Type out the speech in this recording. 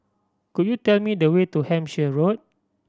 could you tell me the way to Hampshire Road